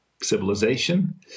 civilization